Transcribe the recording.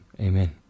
amen